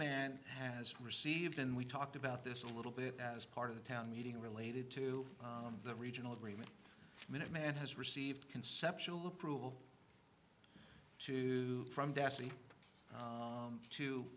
man has received and we talked about this a little bit as part of the town meeting related to the regional agreement minuteman has received conceptual approval to from